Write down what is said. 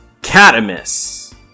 Catamus